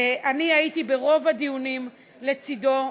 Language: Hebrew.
הייתי ברוב הדיונים לצדו,